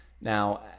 Now